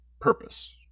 purpose